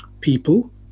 people